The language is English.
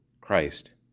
Christ